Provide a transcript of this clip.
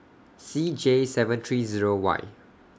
C J seven three Zero Y